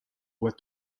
uued